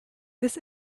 this